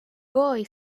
boy